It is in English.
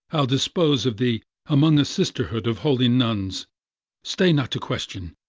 i'll dispose of thee among a sisterhood of holy nuns stay not to question,